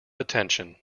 attention